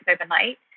overnight